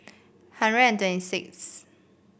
hundred and twenty sixth